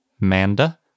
Manda